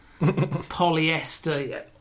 polyester